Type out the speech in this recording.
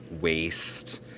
waste